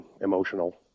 emotional